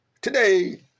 Today